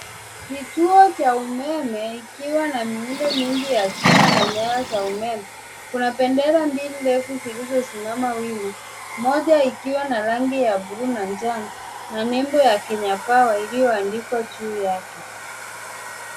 Kituo cha umeme, ikiwa na miundo mingi ya chuma na nyaya za umeme. Kuna bendera mbili refu zilizosimama wima. Moja ikiwa na rangi ya buluu na njano na nembo ya Kenya Power iliyoandikwa juu yake.